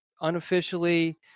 unofficially